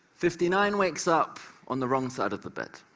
fifty nine wakes up on the wrong side of the bed.